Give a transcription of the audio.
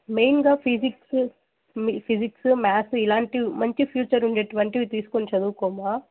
మెయినుగా physics physics maths ఇలాంటివి మంచి future ఉండేటివంటివి తీసుకుని చదువుకోమ్మా